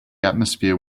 atmosphere